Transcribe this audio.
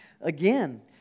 Again